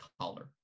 collar